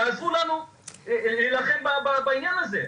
תעזרו לנו להילחם בעניין הזה,